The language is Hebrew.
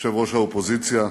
יושב-ראש האופוזיציה,